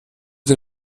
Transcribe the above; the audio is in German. den